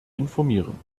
informieren